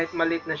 malis